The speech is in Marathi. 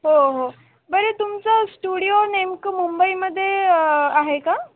हो हो बरं तुमचा स्टुडिओ नेमकं मुंबईमध्ये आहे का